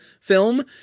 film